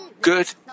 good